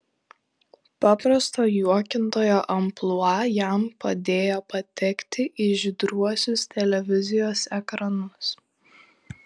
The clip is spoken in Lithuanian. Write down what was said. paprasto juokintojo amplua jam padėjo patekti į žydruosius televizijos ekranus